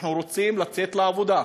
אנחנו רוצים לצאת לעבודה,